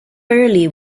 early